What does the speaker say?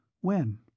When